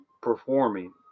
performing